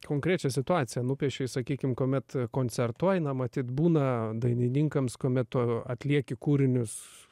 konkrečią situaciją nupiešei sakykim kuomet koncertuoji na matyt būna dainininkams kuomet to atlieki kūrinius